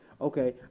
Okay